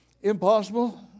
Impossible